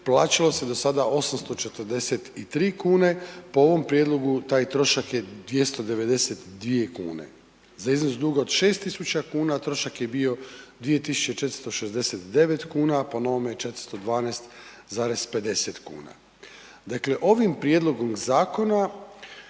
plaćalo se do sada 843 kune, po ovom prijedlogu taj trošak je 292 kune. Za iznos od 6 tisuća kuna, trošak je bio 2469 kuna, a po novome je 412,50 kuna. Dakle, ovim prijedlogom zakona